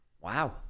Wow